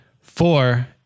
four